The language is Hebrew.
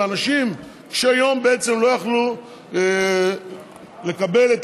ואנשים קשי יום בעצם לא יכלו לקבל את